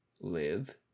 live